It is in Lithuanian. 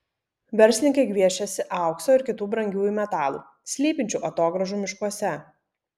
verslininkai gviešiasi aukso ir kitų brangiųjų metalų slypinčių atogrąžų miškuose